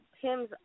Tim's